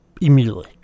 immediately